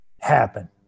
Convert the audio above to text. happen